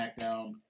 SmackDown